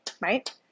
Right